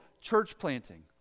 church-planting